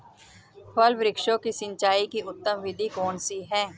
फल वृक्षों की सिंचाई की उत्तम विधि कौन सी है?